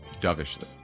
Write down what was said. dovishly